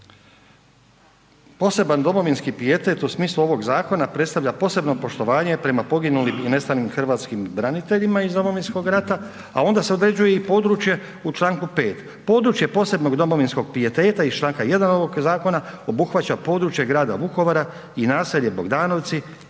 „poseban domovinski pijetet u smislu ovoga zakona predstavlja posebno poštovanje prema poginulim i nestalim hrvatskim braniteljima iz Domovinskog rata“, a onda se određuje i područje u čl. 5. „područje posebnog domovinskog pijeteta iz čl. 1. ovog zakona obuhvaća područje grada Vukovara i naselje Bogdanovci